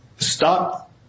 stop